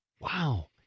Wow